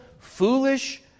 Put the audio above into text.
Foolish